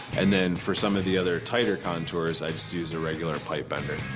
and then for some of the other tighter contours, i just use a regular pipe bender.